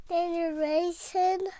Generation